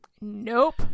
nope